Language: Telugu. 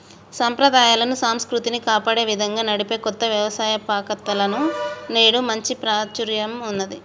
సంప్రదాయాలను, సంస్కృతిని కాపాడే విధంగా నడిపే కొత్త వ్యవస్తాపకతలకు నేడు మంచి ప్రాచుర్యం ఉన్నది